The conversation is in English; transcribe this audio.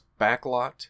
backlot